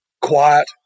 quiet